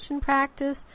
practice